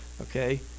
okay